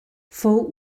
fou